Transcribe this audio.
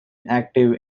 active